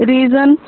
Reason